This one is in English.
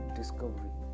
discovery